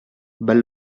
bal